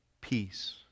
peace